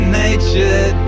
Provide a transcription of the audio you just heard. nature